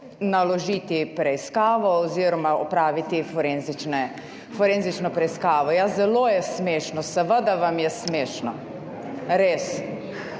naložiti preiskavo oziroma opraviti forenzično preiskavo. Ja, zelo je smešno, seveda vam je smešno. Res.